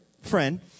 friend